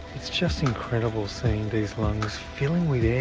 it's just incredible seeing these lungs filling with